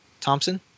Thompson